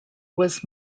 was